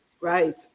Right